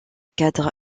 cadre